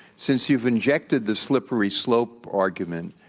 since you've injected the slippery slope argument,